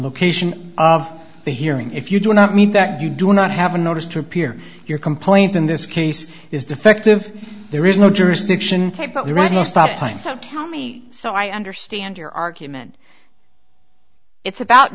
location of the hearing if you do not mean that you do not have a notice to appear your complaint in this case is defective there is no jurisdiction stop time tell me so i understand your argument it's about